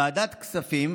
בוועדת כספים,